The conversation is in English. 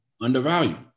Undervalued